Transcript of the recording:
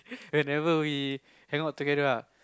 whenever we hangout together ah